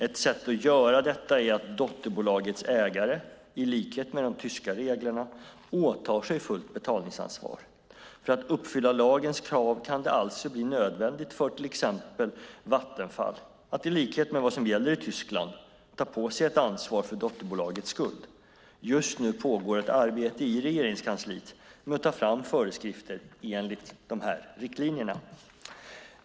Ett sätt att göra detta är att dotterbolagets ägare - i likhet med de tyska reglerna - åtar sig fullt betalningsansvar. För att uppfylla lagens krav kan det alltså bli nödvändigt för till exempel Vattenfall att, i likhet med vad som gäller i Tyskland, ta på sig ett ansvar för dotterbolagets skuld. Just nu pågår ett arbete i Regeringskansliet med att ta fram föreskrifter enligt de här riktlinjerna.